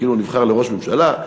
כאילו הוא נבחר לראש הממשלה.